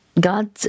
God